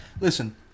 Listen